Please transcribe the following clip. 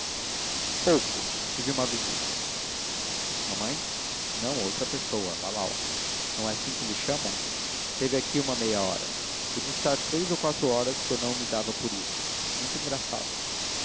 pouco tive uma visita mamãe não outra pessoa lalau não é assim que lhe chamam esteve aqui uma meia hora podia estar três ou quatro horas que eu não dava por isso muito engraçada